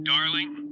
Darling